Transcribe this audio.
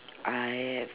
I